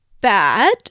Bad